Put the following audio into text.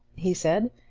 he said,